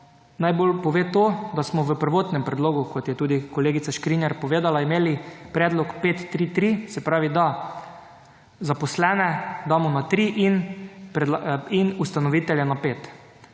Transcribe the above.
najbolj pove to, da smo v prvotnem predlogu, kot je tudi kolegica Škrinjar povedala, imeli predlog 5, 3, 3, se pravi, da zaposlene damo na 3 in ustanovitelje na 5.